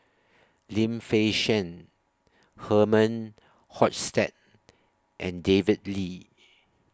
Lim Fei Shen Herman Hochstadt and David Lee